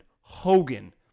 Hogan